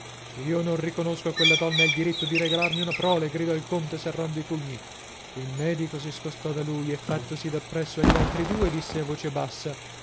io non riconosco a quella donna il diritto di regalarmi una prole gridò il conte serrando i pugni il medico si scostò da lui e fattosi dappresso agli altri due disse a voce bassa